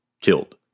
killed